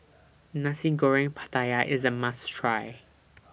Nasi Goreng Pattaya IS A must Try